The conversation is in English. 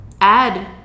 add